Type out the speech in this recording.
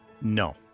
No